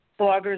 bloggers